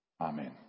Amen